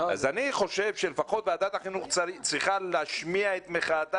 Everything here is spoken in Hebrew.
אני חושב שלפחות ועדת החינוך צריכה להשמיע את מחאתה